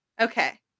Okay